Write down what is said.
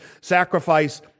sacrifice